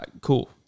cool